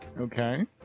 Okay